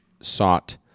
sought